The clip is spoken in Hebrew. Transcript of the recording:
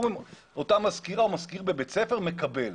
שאותה מזכירה או מזכיר בבית ספר מקבל.